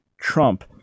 Trump